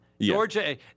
Georgia